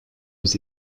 aux